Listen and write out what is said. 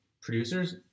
Producers